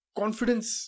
confidence